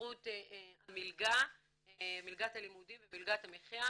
בזכות מלגת הלימודים ומלגת המחייה